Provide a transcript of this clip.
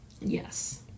Yes